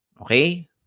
Okay